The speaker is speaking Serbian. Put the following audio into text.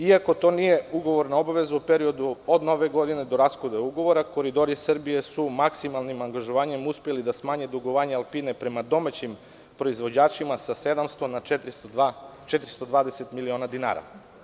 Iako to nije ugovorna obaveza, u periodu od Nove godine do raskida ugovora, „Koridori Srbije“ su maksimalnim angažovanjem uspeli da smanje dugovanja „Alpine“ prema domaćim proizvođačima sa 700 na 420 miliona dinara.